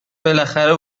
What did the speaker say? بالاخره